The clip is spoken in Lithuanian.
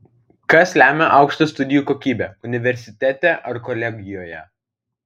kas lemia aukštą studijų kokybę universitete ar kolegijoje